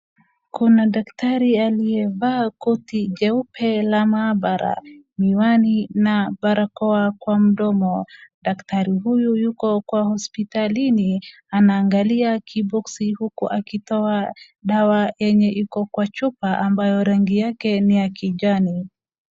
Kuna daktari aliyevaa koti jeupe la mahabara, miwani na barakoa kwa mdomo. Daktari huyu yuko kwa hospitalini. Anaangalia kibox uku akitoa dawa yenye iko kwa chupa ambayo rangi yake ni kijani.